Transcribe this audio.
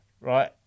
right